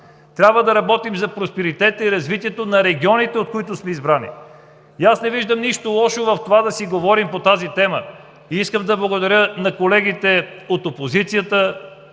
трябва да работим за просперитета и развитието на регионите, от които сме избрани. Не виждам нищо лошо в това да си говорим по тази тема. Искам да благодаря на колегите от опозицията